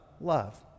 love